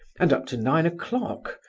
and up to nine o'clock,